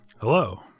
Hello